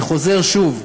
אני חוזר שוב: